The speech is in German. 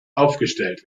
aufgestellt